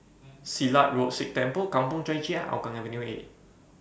Silat Road Sikh Temple Kampong Chai Chee and Hougang Avenue B